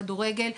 כדורגל,